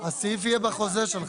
הסעיף יהיה בחוזה שלך.